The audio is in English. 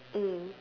mm